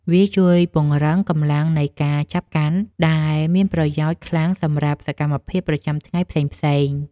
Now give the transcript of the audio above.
វាជួយពង្រឹងកម្លាំងនៃការចាប់កាន់ ដែលមានប្រយោជន៍ខ្លាំងសម្រាប់សកម្មភាពប្រចាំថ្ងៃផ្សេងៗ។